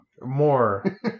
More